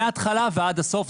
מהתחלה ועד הסוף,